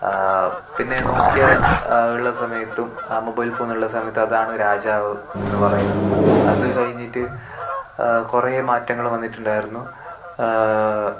പിന്നെ നോക്കിയ ഉള്ള സമയത്തും ആ മൊബൈൽ ഫോൺ ഉള്ള സമയത്ത് അതാണ് രാജാവ് എന്ന് പറയുന്ന് അത് കഴിഞ്ഞിട്ട് കുറെ മാറ്റങ്ങൾ വന്നിട്ടുണ്ടായിരുന്നു